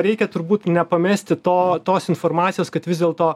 reikia turbūt nepamesti to tos informacijos kad vis dėlto